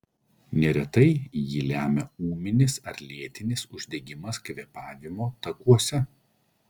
neretai jį lemia ūminis ar lėtinis uždegimas kvėpavimo takuose